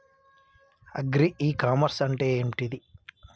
Agri e commerce అంటే ఏంటిది?